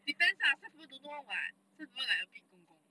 depends ah some people don't know [one] [what] some people like a bit gong gong